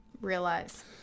realize